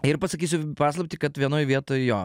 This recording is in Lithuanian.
ir pasakysiu paslaptį kad vienoj vietoj jo